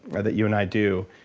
or that you and i do,